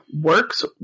works